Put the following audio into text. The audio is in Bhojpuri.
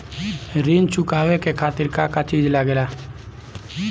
ऋण चुकावे के खातिर का का चिज लागेला?